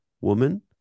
woman